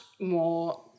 more